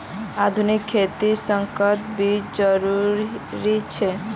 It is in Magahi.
आधुनिक खेतित संकर बीज जरुरी छे